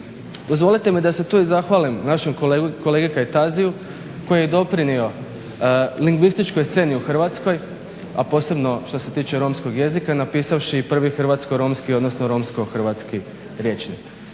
Dozvolite mi da se tu i zahvalim našem kolegi Kajtaziju koji je doprinio lingvističkoj sceni u Hrvatskoj, a posebno što se tiče romskog jezika, napisavši i prvi hrvatsko-romski, odnosno romsko-hrvatski rječnik.